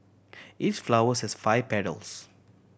each flowers has five petals